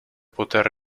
poter